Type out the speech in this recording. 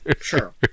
sure